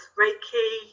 reiki